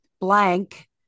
blank